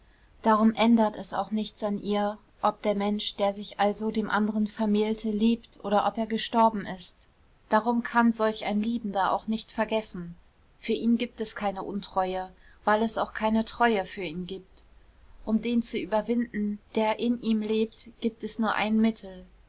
darum ändert es auch nichts an ihr ob der mensch der sich also dem anderen vermählte lebt oder ob er gestorben ist darum kann solch ein liebender auch nicht vergessen für ihn gibt es keine untreue weil es auch keine treue für ihn gibt um den zu überwinden der in ihm lebt gibt es nur ein mittel